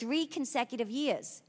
three consecutive years